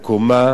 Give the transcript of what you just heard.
בתמורה יש